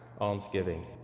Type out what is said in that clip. almsgiving